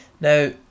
Now